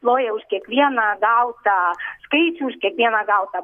nojaus kiekvieną gautą skaičių už kiekvieną gautą